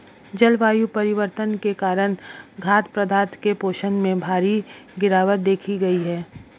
जलवायु परिवर्तन के कारण खाद्य पदार्थों के पोषण में भारी गिरवाट देखी गयी है